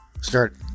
start